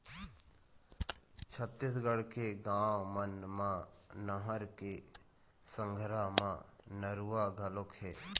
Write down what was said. छत्तीसगढ़ के गाँव मन म नहर के संघरा म नरूवा घलोक हे